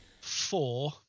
four